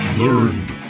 learned